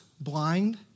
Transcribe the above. blind